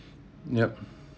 yup